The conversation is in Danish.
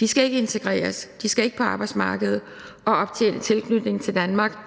De skal ikke integreres, de skal ikke på arbejdsmarkedet og optjene en tilknytning til Danmark,